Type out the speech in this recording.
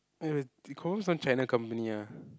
!aiyo! it confirm some China company ah